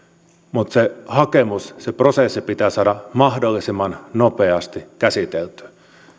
mutta se hakemus se prosessi pitää saada mahdollisimman nopeasti käsiteltyä